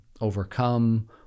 overcome